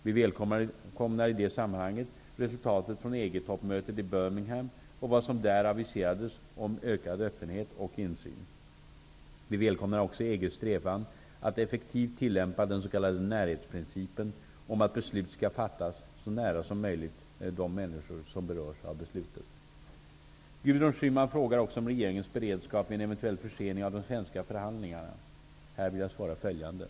Vi välkomnar i det sammanhanget resultaten från EG toppmötet i Birmingham och vad som där aviserades om ökad öppenhet och insyn. Vi välkomnar också EG:s strävan att effektivt tillämpa den s.k. närhetsprincipen om att beslut skall fattas så nära som möjligt de människor som berörs av beslutet. Gudrun Schyman frågar också om regeringens beredskap vid en eventuell försening av de svenska förhandlingarna. Här vill jag svara följande.